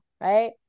Right